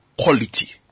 quality